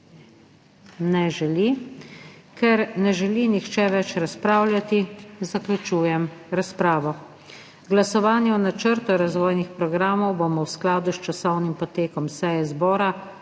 Ne želi. Ker ne želi nihče več razpravljati, zaključujem razpravo. Glasovanje o načrtu razvojnih programov bomo v skladu s časovnim potekom seje zbora